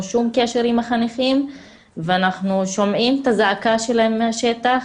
שום קשר עם החניכים ואנחנו שומעים את הזעקה שלהם מהשטח,